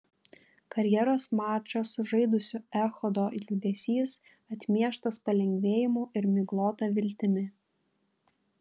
karjeros mačą sužaidusio echodo liūdesys atmieštas palengvėjimu ir miglota viltimi